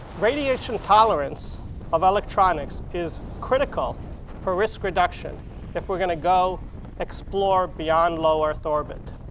radiation tolerance of electronics is critical for risk reduction if we're going to go explore beyond low earth orbit.